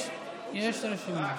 יש רשימה.